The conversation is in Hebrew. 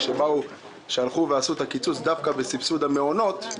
כשבאו ועשו את הקיצוץ דווקא בסבסוד המעונות,